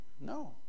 No